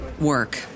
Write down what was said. work